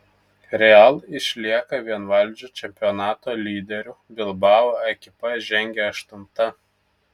real išlieka vienvaldžiu čempionato lyderiu bilbao ekipa žengia aštunta